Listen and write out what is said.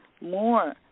more